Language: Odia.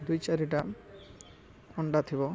ଦୁଇ ଚାରିଟା ଅଣ୍ଡା ଥିବ